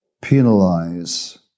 penalize